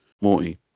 Morty